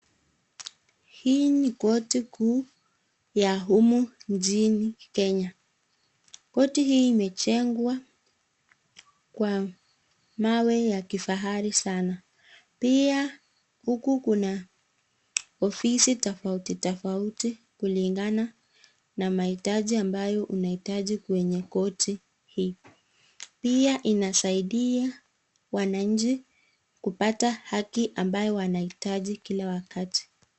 Hii ni koti kuu ya humu nchini Kenya. Koti hii imejengwa kwa mawe ya kifahari sanaa. Pia huku kuna ofisi tofauti tofauti kulingana na mahitaji ambayo unahitaji kwenye koti hii. Pia inasaidia wananchi kupata haki ambayo wanahitaji kila wakati.